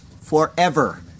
forever